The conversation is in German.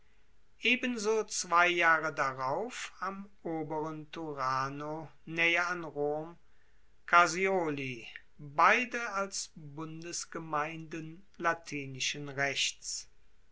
ebenso zwei jahre darauf am oberen turano naeher an rom carsioli beide als bundesgemeinden latinischen rechts